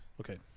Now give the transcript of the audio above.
Okay